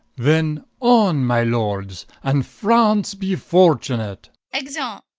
then on my lords, and france be fortunate. exeunt.